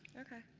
okay,